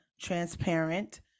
transparent